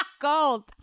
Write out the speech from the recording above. gold